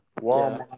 Walmart